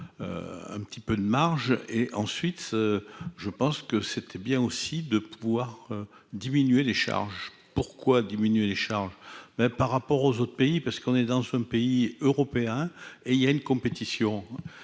un petit peu de marge et ensuite je pense que c'était bien aussi de pouvoir diminuer les charges pourquoi diminuer les charges, mais par rapport aux autres pays parce qu'on est dans un pays européen et il y a une compétition